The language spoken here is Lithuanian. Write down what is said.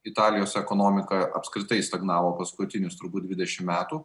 italijos ekonomika apskritai stagnavo paskutinius turbūt dvidešimt metų